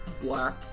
black